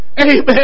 amen